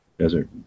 Desert